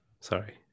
Sorry